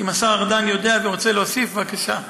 אם השר ארדן יודע ורוצה להוסיף, בבקשה.